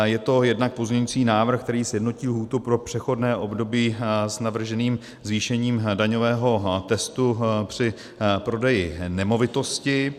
Je to jednak pozměňovací návrh, který sjednotí lhůtu pro přechodné období s navrženým zvýšením daňového testu při prodeji nemovitosti.